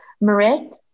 Marit